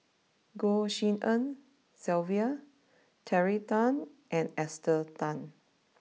Goh Tshin En Sylvia Terry Tan and Esther Tan